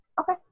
Okay